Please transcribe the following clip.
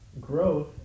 growth